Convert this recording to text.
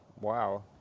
Wow